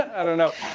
i don't know,